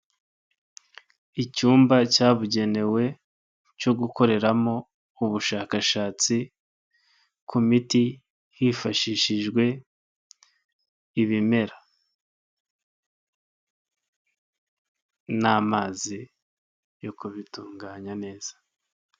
Icyumba cyabugenewe cyo gukoreramo ubushakashatsi ku miti hifashishijwe ibimera n'amazi yo kubitunganya neza.